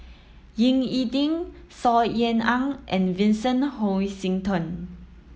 Ying E Ding Saw Ean Ang and Vincent Hoisington